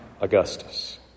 Augustus